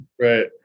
Right